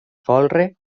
folre